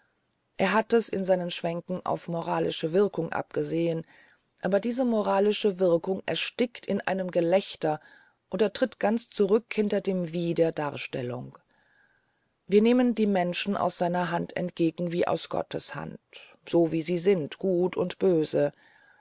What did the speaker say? er hat es in seinen schwänken auf moralische wirkung abgesehen aber diese moralische wirkung erstickt in einem gelächter oder tritt zurück hinter dem wie der darstellung wir nehmen die menschen aus seiner hand entgegen wie aus gottes hand so wie sie sind gut und böse